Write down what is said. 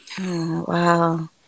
Wow